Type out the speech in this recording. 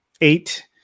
eight